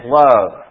love